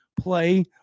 play